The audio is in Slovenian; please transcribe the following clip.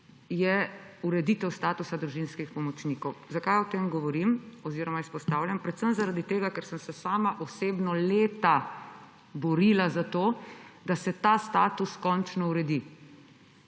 je ureditev statusa družinskih pomočnikov. Zakaj o tem govorim oziroma izpostavljam? Predvsem zaradi tega, ker sem se sama osebno leta borila za to, da se ta status končno uredi.